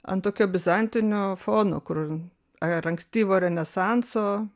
ant tokio bizantinio fono kur ar ankstyvo renesanso